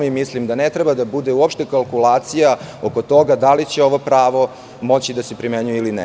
Mislim da ne treba uopšte da bude kalkulacija oko toga da li će ovo pravo moći da se primenjuje ili ne.